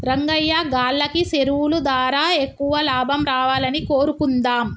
రంగయ్యా గాల్లకి సెరువులు దారా ఎక్కువ లాభం రావాలని కోరుకుందాం